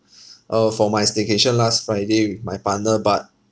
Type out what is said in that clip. uh for my staycation last friday with my partner but